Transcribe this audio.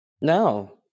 No